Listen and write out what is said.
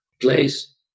place